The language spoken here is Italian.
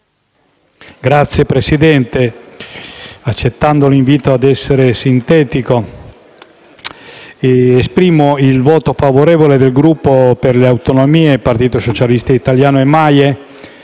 Signor Presidente, accettando l'invito ad essere sintetico, esprimo il voto favorevole del Gruppo per le Autonomie, Partito Socialista Italiano e MAIE,